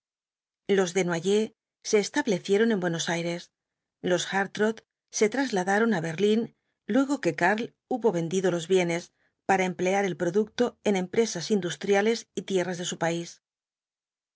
los desnoyers se establecieron en buenos aires los hartrott se trasladaron á berlín luego que karl hubo vendido todos los bienes para emplear el producto en empresas industriales y tierras de su país desnoyers